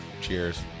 Cheers